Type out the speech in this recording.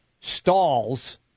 stalls